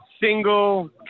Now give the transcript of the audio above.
single